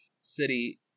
city